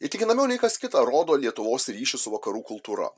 įtikinamiau nei kas kita rodo lietuvos ryšius su vakarų kultūra